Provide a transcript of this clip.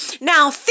Now